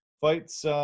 fights